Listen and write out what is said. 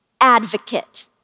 Advocate